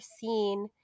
seen